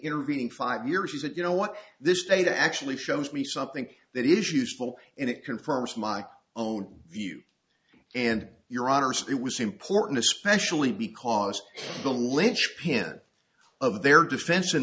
intervening five years that you know what this data actually shows me something that is useful and it confirms my own view and your honour's it was important especially because the lynchpin of their defense in